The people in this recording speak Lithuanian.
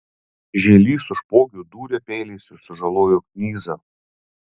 žielys su špogiu dūrė peiliais ir sužalojo knyzą